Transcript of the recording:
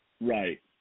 Right